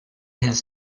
has